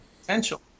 potential